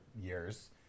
years